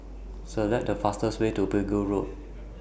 Select The fastest Way to Pegu Road